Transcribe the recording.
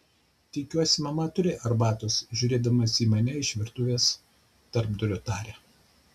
tikiuosi mama turi arbatos žiūrėdamas į mane iš virtuvės tarpdurio taria